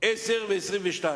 10 ו-22.